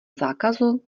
zákazu